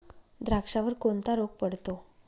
द्राक्षावर कोणता रोग पडतो?